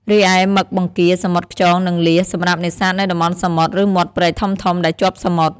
រីឯ មឹក បង្គា សមុទ្រខ្យង និងលៀស សម្រាប់នេសាទនៅតំបន់សមុទ្រ ឬមាត់ព្រែកធំៗដែលជាប់សមុទ្រ។